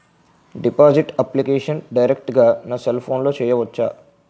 Deposit application direct గా నా cell ఫోన్లో చెయ్యచా?